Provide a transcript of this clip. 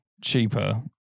cheaper